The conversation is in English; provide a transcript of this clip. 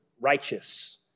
righteous